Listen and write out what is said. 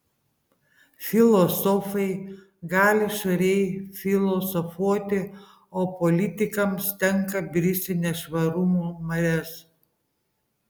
filosofai gali švariai filosofuoti o politikams tenka bristi nešvarumų marias